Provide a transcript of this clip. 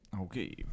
okay